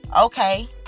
okay